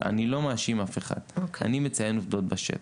אני מציין עובדות בשטח.